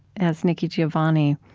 as nikki giovanni